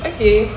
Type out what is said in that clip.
Okay